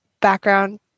background